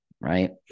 right